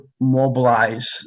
mobilize